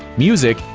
music,